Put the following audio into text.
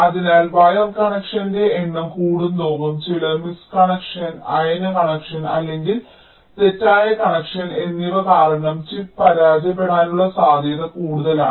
അതിനാൽ വയർ കണക്ഷന്റെ എണ്ണം കൂടുന്തോറും ചില മിസ് കണക്ഷൻ അയഞ്ഞ കണക്ഷൻ അല്ലെങ്കിൽ തെറ്റായ കണക്ഷൻ എന്നിവ കാരണം ചിപ്പ് പരാജയപ്പെടാനുള്ള സാധ്യത കൂടുതലാണ്